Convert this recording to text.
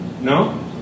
No